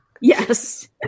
yes